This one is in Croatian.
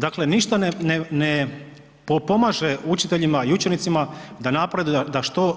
Dakle, ništa ne pomaže učiteljima i učenicima da napreduju, da što